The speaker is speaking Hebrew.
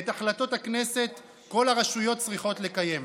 ואת החלטות הכנסת כל הרשויות צריכות לקיים.